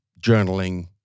journaling